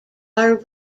are